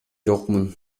жокмун